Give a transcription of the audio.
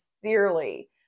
sincerely